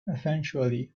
eventually